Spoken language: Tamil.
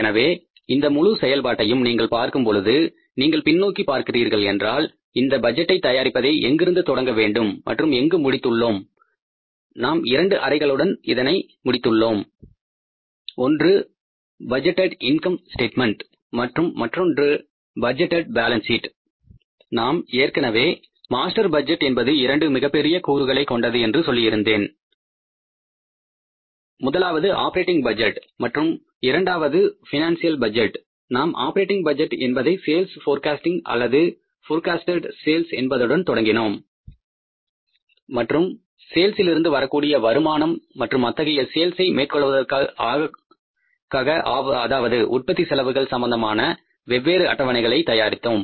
எனவே இந்த முழு செயல்பாட்டையும் நீங்கள் பார்க்கும் பொழுது நீங்கள் பின்னோக்கி பார்க்கிறீர்கள் என்றால் இந்த பட்ஜெட்டை தயாரிப்பதை எங்கிருந்து தொடங்க வேண்டும் மற்றும் எங்கு முடித்துள்ளோம் நாம் இரண்டு அறிக்கைகளுடன் இதனை முடித்துள்ளோம் ஒன்று பட்ஜெட்டேட் இன்கம் ஸ்டேட்மென்ட் மற்றும் மற்றொன்று பட்ஜெட்டேட் பாலன்ஸ் சீட் நான் ஏற்கனவே மாஸ்டர் பட்ஜெட் என்பது இரண்டு மிகப்பெரிய கூறுகளைக் கொண்டது என்று சொல்லியிருந்தேன் முதலாவது ஆபரேட்டிங் பட்ஜெட் மற்றும் இரண்டாவது பைனான்சியல் பட்ஜெட் நாம் ஆபரேட்டிங் பட்ஜெட் என்பதை சேல்ஸ் போர்காஸ்டிங் அல்லது போர்கஸ்ட்டேட் சேல்ஸ் என்பதுடன் தொடங்கினோம் மற்றும் சேல்ஸில் இருந்து வரக்கூடிய வருமானம் மற்றும் அத்தகைய சேல்ஸ் ஐ மேற்கொள்வதற்காக அதாவது உற்பத்தி செலவுகள் சம்பந்தமாக வெவ்வேறு அட்டவணைகளை தயாரித்தோம்